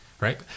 Right